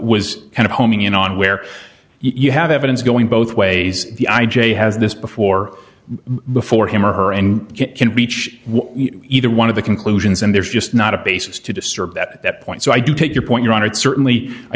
was kind of homing in on where you have evidence going both ways the i j a has this before before him or her and it can reach either one of the conclusions and there's just not a basis to disturb at that point so i do take your point your honor it certainly i